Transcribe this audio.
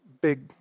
big